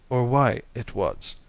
or why it was,